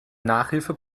nachhilfe